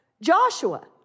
Joshua